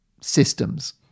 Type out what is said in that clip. systems